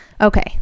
Okay